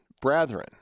Brethren